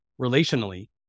relationally